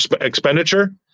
expenditure